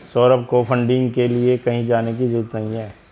सौरभ को फंडिंग के लिए कहीं जाने की जरूरत नहीं है